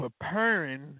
preparing